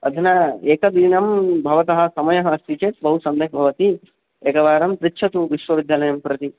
अधुना एकदिनं भवतः समयः अस्ति चेत् बहु सम्यक् भवति एकवारं पृच्छतु विश्वविद्यालयं प्रति